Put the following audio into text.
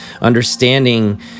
understanding